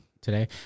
today